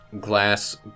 glass